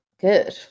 good